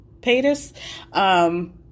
paytas